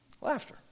laughter